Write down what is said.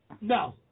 No